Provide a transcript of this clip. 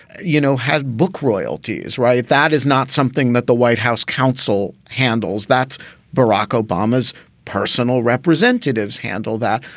you know, has book royalties, right. that is not something that the white house counsel handles. that's barack obama's personal representatives handle that.